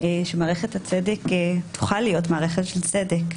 שמערכת הצדק תוכל להיות מערכת של צדק.